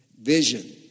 vision